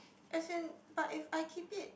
as in but if I keep it